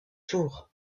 tour